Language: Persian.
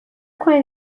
کنید